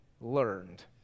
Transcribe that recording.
learned